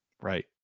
right